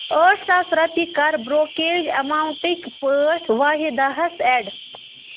ٲٹھ ساس رۄپیہِ کَر بروکریج ایماونٹٕکۍ پٲٹھۍ واحِداہَس اٮ۪ڈ